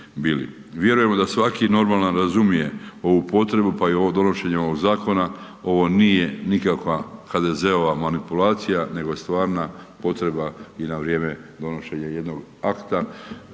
Vjerujemo da svaki normalan razumije ovu potrebu, pa i donošenje ovog zakona, ovo nije nikakva HDZ-ova manipulacija, nego stvarna potreba .../Govornik se ne razumije./...akta